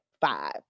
five